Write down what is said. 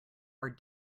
are